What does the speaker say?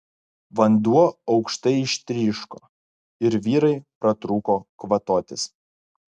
vanduo aukštai ištryško ir vyrai pratrūko kvatotis